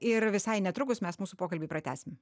ir visai netrukus mes mūsų pokalbį pratęsim